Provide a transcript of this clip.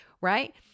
right